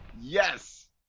Yes